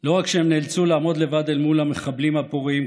לא רק שהם נאלצו לעמוד לבד אל מול המחבלים הפורעים,